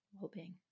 well-being